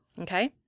Okay